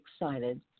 excited